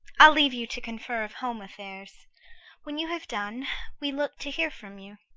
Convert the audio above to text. i'll leave you to confer of home affairs when you have done we look to hear from you.